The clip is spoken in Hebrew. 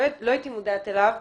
לא הייתי מודעת אליו.